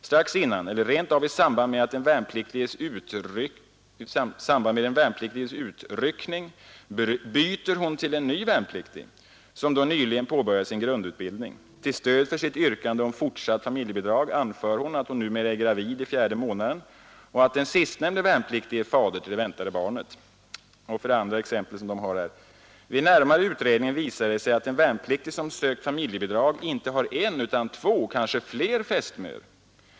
Strax innan eller rent av i samband med den värnpliktiges utryckning ”byter hon till ny värnpliktig, som då nyligen påbörjat sin grundutbildning. Till stöd för sitt yrkande om ”fortsatt” familjebidrag anför hon, att hon numera är gravid i fjärde månaden och att den sistnämnde värnpliktige är fader till det väntade barnet. 2) Vid närmare utredning visar det sig att en värnpliktig som sökt familjebidrag inte har en utan två fästmör.